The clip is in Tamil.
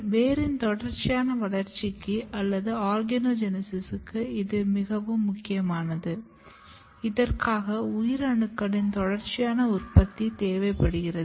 வேரின் தொடர்ச்சியான வளர்ச்சிக்கு அல்லது ஆர்கனோஜெனிசிஸ்க்கு இது மிகவும் முக்கியமானது இதற்காக உயிரணுக்களின் தொடர்ச்சியான உற்பத்தி தேவைப்படுகிறது